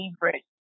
favorite